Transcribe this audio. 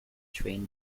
train